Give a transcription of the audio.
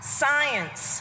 science